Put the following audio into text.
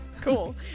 Cool